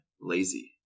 Lazy